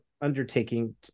undertaking